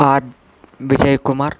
are Vijayakumar